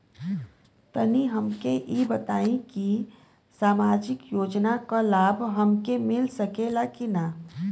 तनि हमके इ बताईं की सामाजिक योजना क लाभ हमके मिल सकेला की ना?